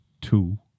two